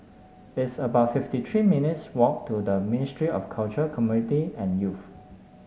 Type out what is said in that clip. it's about fifty three minutes' walk to the Ministry of Culture Community and Youth